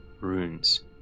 runes